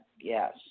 Yes